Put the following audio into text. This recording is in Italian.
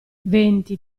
venti